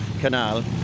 canal